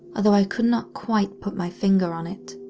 although i could not quite put my finger on it.